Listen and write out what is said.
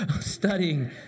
studying